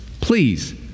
please